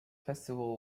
festival